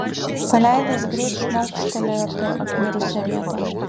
paleidęs greit šmaukštelėjo per apmirusią vietą